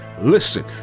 listen